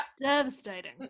Devastating